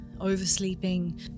oversleeping